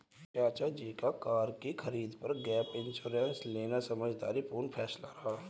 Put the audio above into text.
चाचा जी का कार की खरीद पर गैप इंश्योरेंस लेना समझदारी पूर्ण फैसला रहा